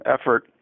effort